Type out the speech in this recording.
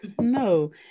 No